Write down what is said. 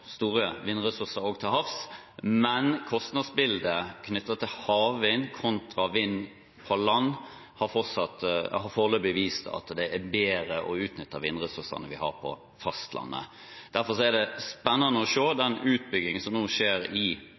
store vindressurser også til havs, men kostnadsbildet knyttet til havvind kontra vind fra land har foreløpig vist at det er bedre å utnytte vindressursene vi har på fastlandet. Derfor er det spennende å se den utbyggingen som nå skjer i